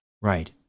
Right